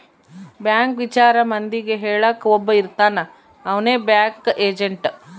bank ವಿಚಾರ ಮಂದಿಗೆ ಹೇಳಕ್ ಒಬ್ಬ ಇರ್ತಾನ ಅವ್ನೆ ಬ್ಯಾಂಕ್ ಏಜೆಂಟ್